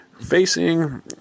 facing